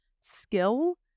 skill